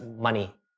money